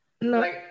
no